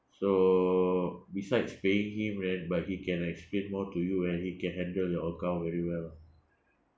so besides paying him rent but he can explain more to you and he can handle your account really well